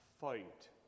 fight